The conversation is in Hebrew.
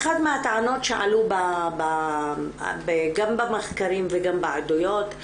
אחת מהטענות שעלו גם במחקרים וגם בעדויות,